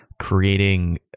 creating